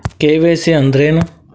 KYC ಅಂದ್ರೇನು?